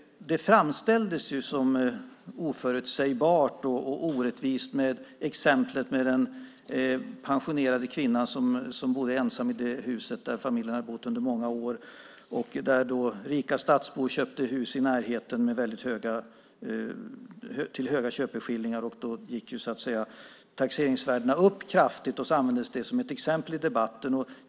Det framställdes som oförutsägbart och orättvist med exemplet med den pensionerade kvinna som bodde ensam i huset där familjen hade bott under många år och där rika stadsbor köpte hus i närheten till höga köpeskillingar. Då gick taxeringsvärdena upp kraftigt, och sedan användes det som ett exempel i debatten.